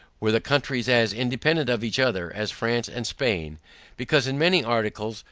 were the countries as independant of each other as france and spain because in many articles,